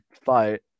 fight